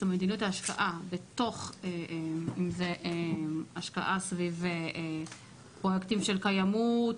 אם זה השקעה סביב פרויקטים של קיימות,